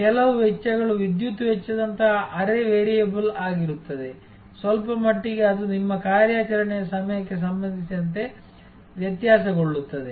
ಕೆಲವು ವೆಚ್ಚಗಳು ವಿದ್ಯುತ್ ವೆಚ್ಚದಂತಹ ಅರೆ ವೇರಿಯಬಲ್ ಆಗಿರುತ್ತವೆ ಸ್ವಲ್ಪ ಮಟ್ಟಿಗೆ ಅದು ನಿಮ್ಮ ಕಾರ್ಯಾಚರಣೆಯ ಸಮಯಕ್ಕೆ ಸಂಬಂಧಿಸಿದಂತೆ ವ್ಯತ್ಯಾಸಗೊಳ್ಳುತ್ತದೆ